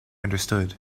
understood